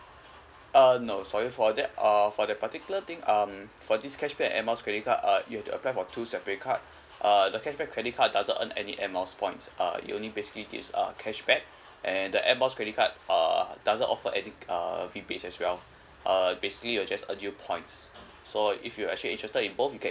uh no sorry for that uh for that particular thing um for this cashback and air miles credit card you have to apply for two separate card uh the cashback credit card doesn't earn any air miles points uh it only basically gives uh cashback and the air miles credit card uh doesn't offer any uh rebates as well uh basically it'll just earn you points so if you actually interested in both you can